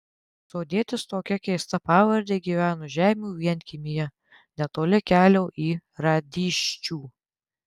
sodietis tokia keista pavarde gyveno žeimių vienkiemyje netoli kelio į radyščių